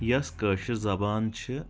یۄس کٲشِر زبان چھِ